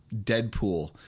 Deadpool